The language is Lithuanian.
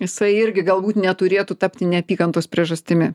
jisai irgi galbūt neturėtų tapti neapykantos priežastimi